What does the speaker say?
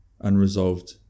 unresolved